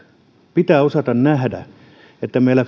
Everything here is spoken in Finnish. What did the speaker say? pitää osata nähdä että meillä